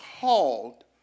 called